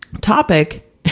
topic